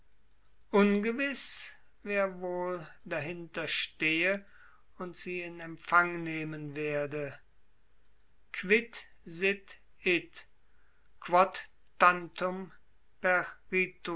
gewiß wer wohl dahinter stehe und sie in empfang nehmen werde quid sit id quod